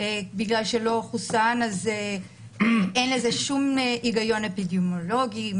בגלל שלא חוסן, אין לזה שום היגיון אפידמיולוגי.